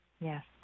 Yes